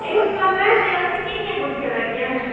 इक कमरा ऐ मेरा उसी किन्नियां गुत्थियां लग्गी जाह्ङन